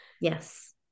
Yes